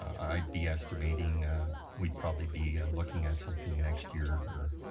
i'd be estimating we'd probably be looking at something next year or